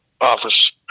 office